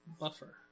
Buffer